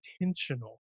intentional